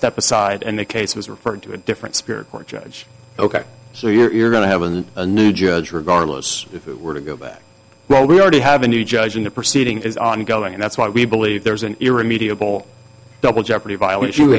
step aside and the case was referred to a different spirit court judge ok so you're going to have a new judge regardless if it were to go back well we already have a new judge and a proceeding is ongoing and that's why we believe there's an eerie media will double jeopardy violence you